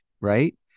right